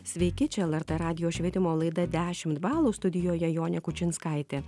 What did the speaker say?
sveiki čia lrt radijo švietimo laida dešimt balų studijoje jonė kučinskaitė